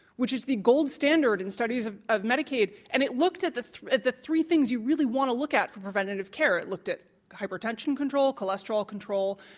which is the gold standard in studies of of medicaid, and it looked at the at the three things you really want to look at, in preventative care, it looked at hypertension control, cholesterol control,